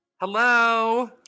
Hello